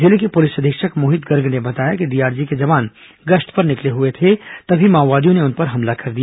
जिले के पुलिस अधीक्षक मोहित गर्ग ने बताया कि डीआरजी के जवान गश्त पर निकले हुए थे तभी माओवादियों ने उन पर हमला कर दिया